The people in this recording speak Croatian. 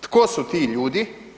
Tko su ti ljudi?